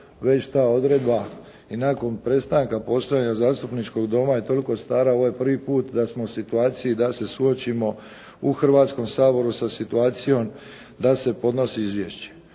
već ta odredba i nakon prestanka postojanja Zastupničkog doma je toliko stara, ovo je prvi puta da smo u situaciji da se suočimo u Hrvatskom saboru sa situacijom da se podnosi izvješće.